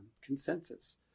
consensus